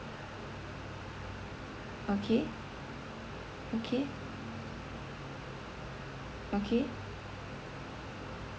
okay okay okay